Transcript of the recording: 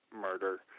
murder